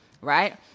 Right